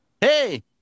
Hey